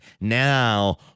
Now